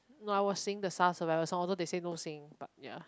no I was singing the sars survivor song although they say no singing but ya